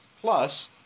plus